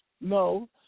No